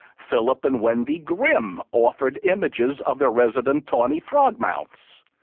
phillip and wendy grimm offered images of their resident tawny frogmouths.